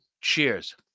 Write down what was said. Cheers